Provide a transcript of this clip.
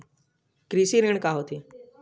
कृषि ऋण का होथे?